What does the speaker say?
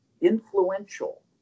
influential